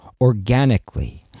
organically